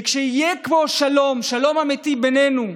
וכשיהיה פה שלום, שלום אמיתי בינינו,